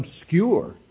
obscure